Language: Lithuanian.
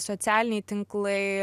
socialiniai tinklai